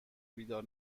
بیدار